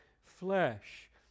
flesh